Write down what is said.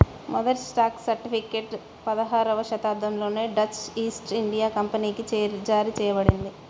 మొదటి stock certificate పదహారవ శతాబ్దంలోనే డచ్ ఈస్ట్ ఇండియా కంపెనీచే జారీ చేయబడింది